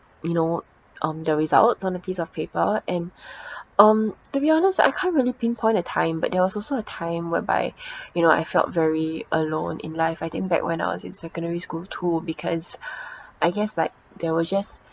you know um the results on a piece of paper and um to be honest I can't really pinpoint a time but there was also a time whereby you know I felt very alone in life I think back when I was in secondary school two because I guess like there were just